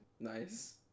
Nice